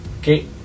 Okay